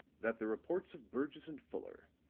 that the reports of burgess and fuller,